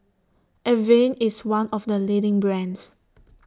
Avene IS one of The leading brands